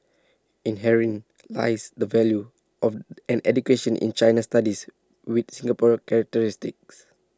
and herein lies the value of an education in China studies with Singapore characteristics